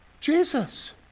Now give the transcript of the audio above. Jesus